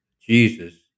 Jesus